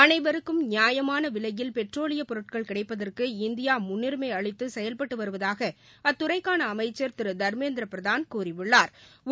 அனைவருக்கும் நியாயமான விலையில் பெட்ரோலிய பொருட்கள் கிடைப்பதற்கு இந்தியா முன்னுரிமை அளித்து செயவ்பட்டு வருவதாக அத்துறைக்கான அமைச்சர் திரு தர்மேந்திர பிரதான் கூறியுள்ளா்